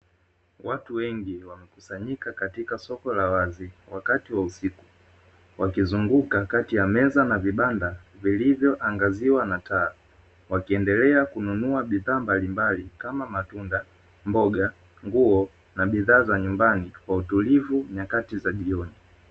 Watu wengi wamekusanyika katika soko la wazi wakati wa usiku wakizunguka kati ya meza na vibanda vilivyoangaziwa na taa wakiendelea kununua bidhaa mbalimbali kama matunda mboga nguo na bidhaa za nyumbani kwa utulivu nyakati za jioni